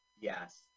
Yes